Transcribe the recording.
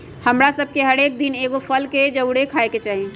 हमरा सभके हरेक दिन एगो फल के जरुरे खाय के चाही